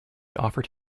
offered